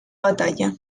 batalla